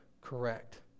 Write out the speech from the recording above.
correct